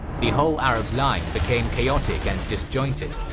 the whole arab line became chaotic and disjointed.